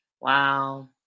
Wow